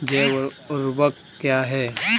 जैव ऊर्वक क्या है?